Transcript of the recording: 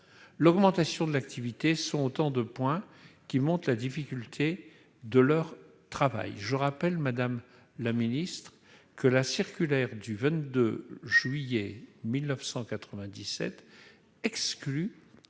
l'augmentation de l'activité sont autant d'éléments qui montrent la difficulté de leur activité. Je rappelle d'ailleurs que la circulaire du 22 juillet 1997 exclut